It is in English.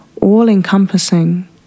all-encompassing